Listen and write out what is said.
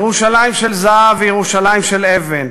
ירושלים של זהב וירושלים של אבן.